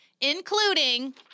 including